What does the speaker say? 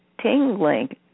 tingling